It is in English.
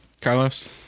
Carlos